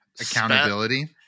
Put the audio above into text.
accountability